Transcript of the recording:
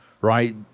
right